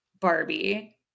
Barbie